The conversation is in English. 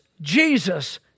Jesus